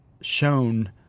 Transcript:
shown